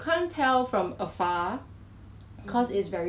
那个 strawberry 的对吗 strawberry shortcake 这样的 !huh!